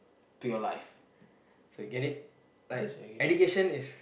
to your life so get it like education is